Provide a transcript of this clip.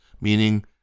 meaning